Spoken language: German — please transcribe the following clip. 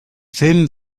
film